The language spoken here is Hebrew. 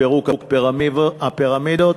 פירוק הפירמידות.